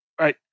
Right